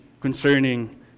concerning